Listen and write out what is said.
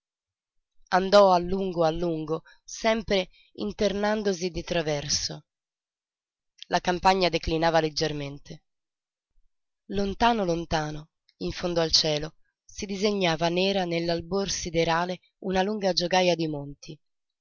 andò a lungo a lungo sempre internandosi di traverso la campagna declinava leggermente lontano lontano in fondo al cielo si disegnava nera nell'albor siderale una lunga giogaja di monti